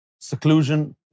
seclusion